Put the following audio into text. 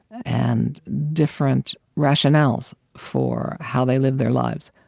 and different rationales for how they live their lives.